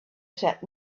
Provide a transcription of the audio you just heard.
said